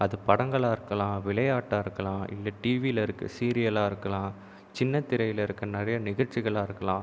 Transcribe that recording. அது படங்களாக இருக்கலாம் விளையாட்டாக இருக்கலாம் இல்லை டீவியில் இருக்க சீரியலாம் இருக்கலாம் சின்னத்திரையில் இருக்கிற நிறைய நிகழ்ச்சிகளாக இருக்கலாம்